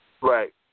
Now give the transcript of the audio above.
Right